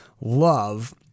love